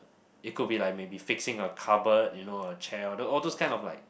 it could be like maybe fixing a cupboard you know a chair all those all those kind of like